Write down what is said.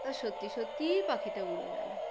তা সত্যি সত্যিই পাখিটা উড়ে গেলো